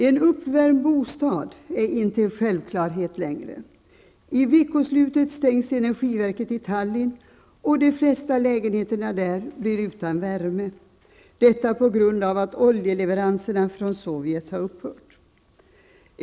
En uppvärmd bostad är inte längre en självklarhet. Under veckoslutet stängs energiverket i Tallinn och de flesta lägenheterna där blir utan värme, detta på grund av att oljeleveranserna från Sovjet har upphört.